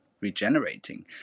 regenerating